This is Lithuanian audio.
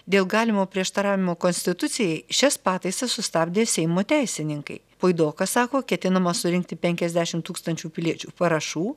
dėl galimo prieštaravimo konstitucijai šias pataisas sustabdė seimo teisininkai puidokas sako ketinama surinkti penkiasdešim tūkstančių piliečių parašų